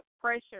pressure